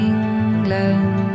England